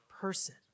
person